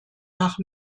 nach